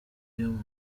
isukari